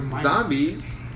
zombies